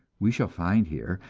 we shall find here,